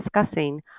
discussing